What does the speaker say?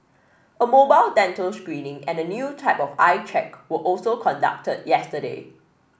a mobile dental screening and a new type of eye check were also conducted yesterday